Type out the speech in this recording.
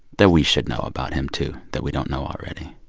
that we should know about him, too, that we don't know already?